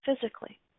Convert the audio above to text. physically